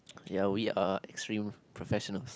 okay are we uh extreme professionals